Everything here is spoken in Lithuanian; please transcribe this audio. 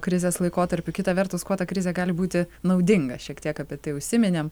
krizės laikotarpiu kita vertus kuo ta krizė gali būti naudinga šiek tiek apie tai užsiminėm